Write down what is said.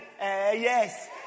Yes